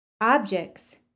objects